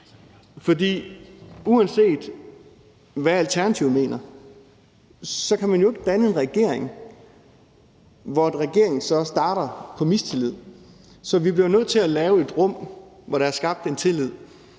for uanset hvad Alternativet mener, kan man jo ikke danne en regering, som starter på grundlag af mistillid. Så vi bliver nødt til at lave et rum, hvor der er skabt en tillid.